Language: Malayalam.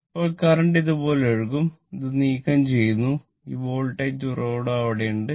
ഇപ്പോൾ കറന്റ് ഇതുപോലെ ഒഴുകും ഇത് നീക്കംചെയ്യുന്നു ഈ വോൾട്ടേജ് ഉറവിടം അവിടെയുണ്ട്